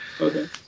Okay